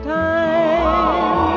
time